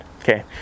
okay